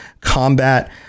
combat